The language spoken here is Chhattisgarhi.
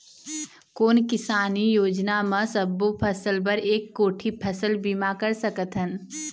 कोन किसानी योजना म सबों फ़सल बर एक कोठी फ़सल बीमा कर सकथन?